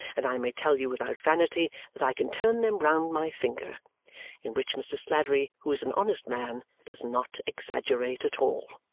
and i may tell you without vanity that i can turn them round my finger in which mr. sladdery, who is an honest man, does not exaggerate at all.